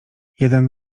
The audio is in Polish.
jeden